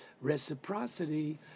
reciprocity